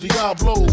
Diablo